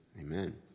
amen